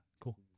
Cool